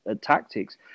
tactics